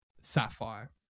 Sapphire